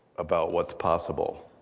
about what's possible